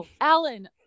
Alan